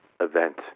event